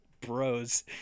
bros